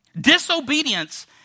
Disobedience